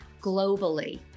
globally